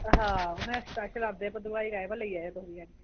आं में स्पैशल मंगाए दा लेई जायो तुस बी